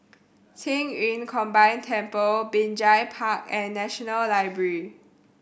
Qing Yun Combined Temple Binjai Park and National Library